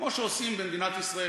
כמו שעושים במדינת ישראל,